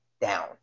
down